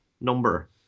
number